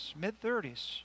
mid-30s